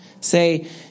Say